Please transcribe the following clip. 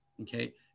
Okay